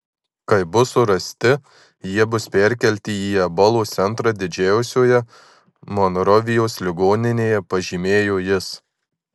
kai bus surasti jie bus perkelti į ebolos centrą didžiausioje monrovijos ligoninėje pažymėjo jis